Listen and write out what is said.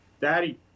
Daddy